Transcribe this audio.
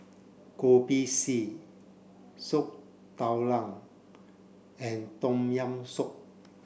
Kopi C Soup Tulang and tom yam soup